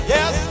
Yes